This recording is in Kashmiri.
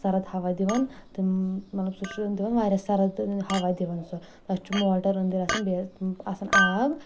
سرٕد ہَوا دِوان تہٕ مطلب سُہ چھُ دِوان واریاہ سَرٕد ہوا دِوان سُہ تَتھ چھُ موٹر أندٕرۍ آسان بیٚیہ آسان آب